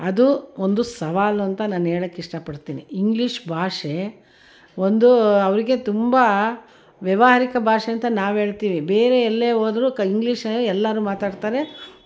ಅದು ಒಂದು ಸವಾಲು ಅಂತ ನಾನು ಹೇಳೋಕೆ ಇಷ್ಟ ಪಡ್ತೀನಿ ಇಂಗ್ಲಿಷ್ ಭಾಷೆ ಒಂದು ಅವರಿಗೆ ತುಂಬ ವ್ಯಾವಹಾರಿಕ ಭಾಷೆ ಅಂತ ನಾವು ಹೇಳ್ತೀವಿ ಬೇರೆ ಎಲ್ಲೇ ಹೋದ್ರೂ ಕ ಇಂಗ್ಲಿಷೆ ಎಲ್ಲರೂ ಮಾತಾಡ್ತಾರೆ